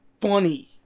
funny